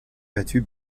battu